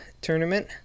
tournament